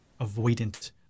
avoidant